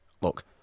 Look